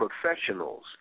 professionals